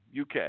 UK